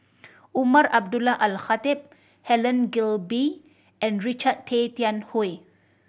Umar Abdullah Al Khatib Helen Gilbey and Richard Tay Tian Hoe